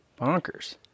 bonkers